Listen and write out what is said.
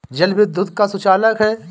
जल विद्युत का सुचालक है